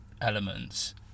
elements